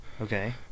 Okay